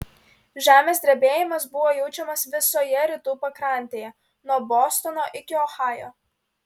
žemės drebėjimas buvo jaučiamas visoje rytų pakrantėje nuo bostono iki ohajo